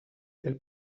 del